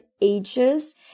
ages